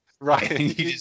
Right